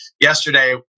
yesterday